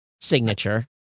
signature